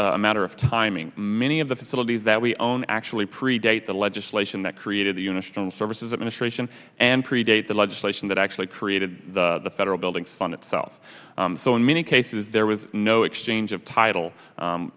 a matter of timing many of the facilities that we own actually predate the legislation that created the universe and services administration and predate the legislation that actually created the federal buildings fund itself so in many cases there was no exchange of title